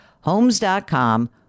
Homes.com